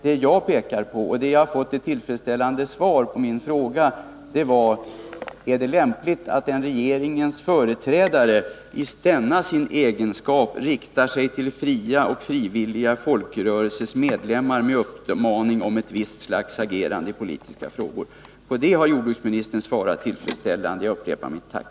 Det som jag pekat på och som jag fått ett tillfredsställande besked om var: Är det lämpligt att en regerings företrädare i denna sin egenskap riktar sig till fria och frivilliga folkrörelsemedlemmar med uppmaning om ett visst slags agerande i politiska frågor? På den frågan har jordbruksministern svarat tillfredsställande. Jag upprepar mitt tack.